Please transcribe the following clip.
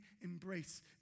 embrace